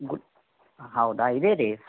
ಹೌದಾ ಇದೆ ರೀ